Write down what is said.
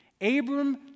Abram